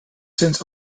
since